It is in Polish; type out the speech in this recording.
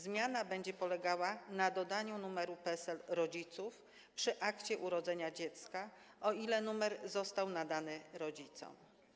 Zmiana będzie polegała na dodaniu numeru PESEL rodziców przy akcie urodzenia dziecka, o ile numer został nadany rodzicom.